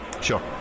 Sure